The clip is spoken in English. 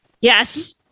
yes